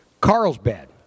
Carlsbad